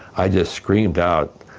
i just screamed out,